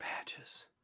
Badges